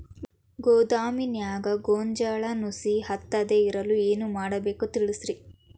ಗೋದಾಮಿನ್ಯಾಗ ಗೋಂಜಾಳ ನುಸಿ ಹತ್ತದೇ ಇರಲು ಏನು ಮಾಡಬೇಕು ತಿಳಸ್ರಿ